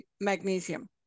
magnesium